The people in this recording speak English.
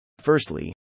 Firstly